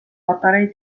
patarei